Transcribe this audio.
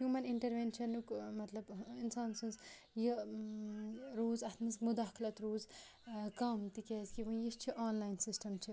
human اِنٹروینشَنُک مطلب اِنسان سٕنٛز یہِ روٗز اَتھ منٛز مُداخٕلت روٗز کَم تِکیازِ کہٕ وَ یہِ چھِ آن لاین سِسٹم چھِ